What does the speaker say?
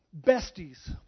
besties